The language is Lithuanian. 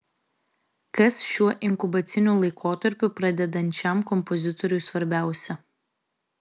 kas šiuo inkubaciniu laikotarpiu pradedančiam kompozitoriui svarbiausia